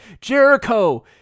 jericho